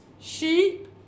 sheep